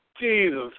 Jesus